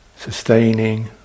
Sustaining